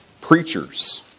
Preachers